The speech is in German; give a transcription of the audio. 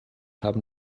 haben